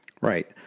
right